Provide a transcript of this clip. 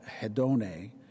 hedone